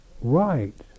right